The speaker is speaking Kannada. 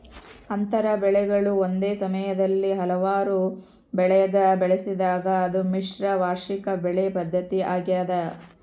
ಅಂತರ ಬೆಳೆಗಳು ಒಂದೇ ಸಮಯದಲ್ಲಿ ಹಲವಾರು ಬೆಳೆಗ ಬೆಳೆಸಿದಾಗ ಅದು ಮಿಶ್ರ ವಾರ್ಷಿಕ ಬೆಳೆ ಪದ್ಧತಿ ಆಗ್ಯದ